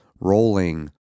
rolling